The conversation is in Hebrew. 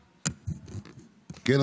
כן,